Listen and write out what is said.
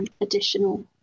additional